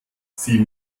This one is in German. sie